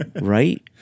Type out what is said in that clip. Right